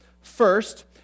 First